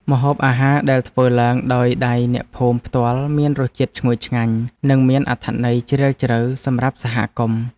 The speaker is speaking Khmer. ម្ហូបអាហារដែលធ្វើឡើងដោយដៃអ្នកភូមិផ្ទាល់មានរសជាតិឈ្ងុយឆ្ងាញ់ និងមានអត្ថន័យជ្រាលជ្រៅសម្រាប់សហគមន៍។